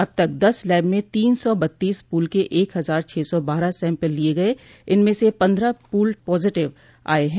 अब तक दस लैब में तीन सौ बत्तीस पूल के एक हजार छह सौ बारह सैम्पल लिये गये इनमें स पन्द्रह पूल पॉजिटिव आये हैं